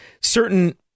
certain